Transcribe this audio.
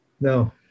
No